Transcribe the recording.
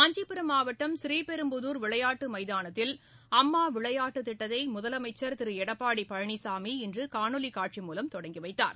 காஞ்சிபுரம் மாவட்டம் ஸ்ரீபெரும்புதூரில் அம்மா விளையாட்டு திட்டத்தை முதலமைச்சா் திரு எடப்பாடி பழனிசாமி இன்று காணொலி காட்சி மூலம் தொடங்கி வைத்தார்